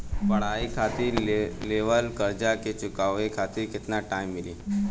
पढ़ाई खातिर लेवल कर्जा के चुकावे खातिर केतना टाइम मिली?